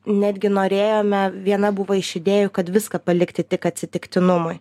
netgi norėjome viena buvo iš idėjų kad viską palikti tik atsitiktinumui